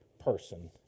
person